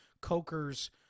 Coker's